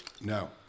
No